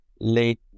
late